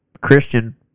Christian